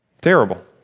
terrible